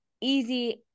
easy